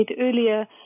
earlier